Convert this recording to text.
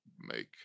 make